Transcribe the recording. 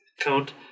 count